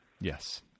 Yes